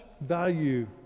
value